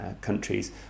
countries